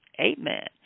Amen